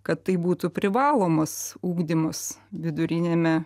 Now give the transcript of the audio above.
kad tai būtų privalomas ugdymas viduriniame